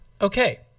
okay